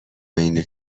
بین